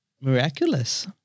miraculous